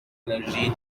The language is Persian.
انرژی